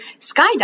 skydiving